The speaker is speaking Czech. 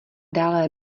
dále